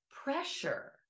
pressure